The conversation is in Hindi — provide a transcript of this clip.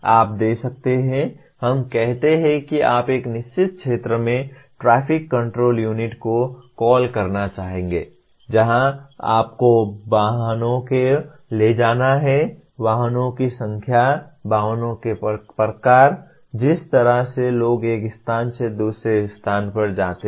आप दे सकते हैं हम कहते हैं कि आप एक निश्चित क्षेत्र में ट्रैफिक कंट्रोल यूनिट को कॉल करना चाहते हैं जहां आपको वाहनों को ले जाना है वाहनों की संख्या वाहनों के प्रकार जिस तरह से लोग एक स्थान से दूसरे स्थान पर जाते हैं